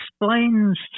explains